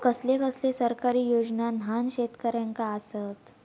कसले कसले सरकारी योजना न्हान शेतकऱ्यांना आसत?